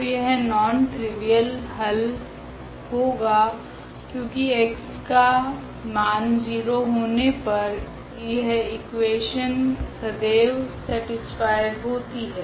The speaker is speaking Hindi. तो यह नॉन ट्रिवियल हल होगा क्योकि x का मान 0 होने पर यह इकुवेशन सदेव सेटीस्फाय होती है